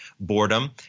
Boredom